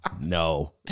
No